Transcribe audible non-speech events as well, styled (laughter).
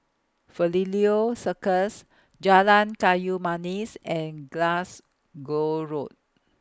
(unintelligible) Circus Jalan Kayu Manis and Glasgow Road